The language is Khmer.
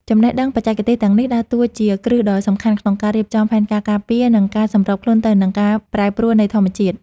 ចំណេះដឹងបច្ចេកទេសទាំងនេះដើរតួជាគ្រឹះដ៏សំខាន់ក្នុងការរៀបចំផែនការការពារ និងការសម្របខ្លួនទៅនឹងការប្រែប្រួលនៃធម្មជាតិ។